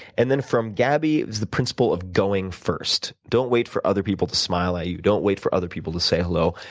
and then from gabby, the principle of going first. don't wait for other people to smile at you. don't wait for other people to say hello.